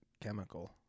chemical